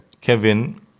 Kevin